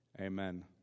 amen